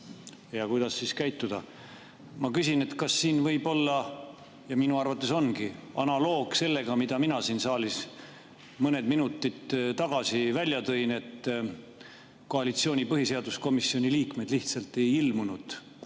kuidas siis käituda. Ma küsin, et kas siin võib olla – ja minu arvates ongi – analoog sellega, mida mina siin saalis mõned minutid tagasi välja tõin. Nimelt, et koalitsiooni põhiseaduskomisjoni liikmed lihtsalt ei ilmunud